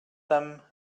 them